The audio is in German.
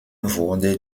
wurde